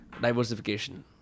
Diversification